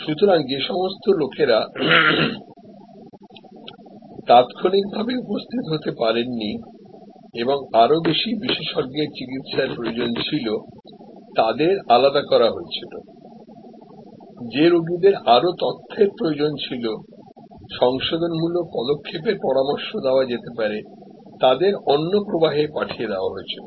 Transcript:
সুতরাং যে সমস্ত লোকেরা তাত্ক্ষণিকভাবে উপস্থিত হতে পারেননি এবং আরও বেশি বিশেষজ্ঞের চিকিত্সার প্রয়োজন ছিল তাদের আলাদা করা হয়েছিল যে রোগীদের আরও তথ্যের প্রয়োজন ছিল সংশোধনমূলক পদক্ষেপের পরামর্শ দেওয়া যেতে পারে তাদের অন্য জায়গায় পাঠিয়ে দেওয়া হয়েছিল